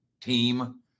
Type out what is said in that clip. team